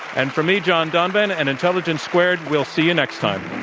and from me, john donvan, and intelligence squared. we'll see you next time.